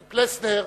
פלסנר,